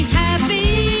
happy